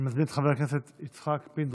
אני מזמין את חבר הכנסת יצחק פינדרוס,